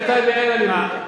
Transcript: בטייבה אין אלימות.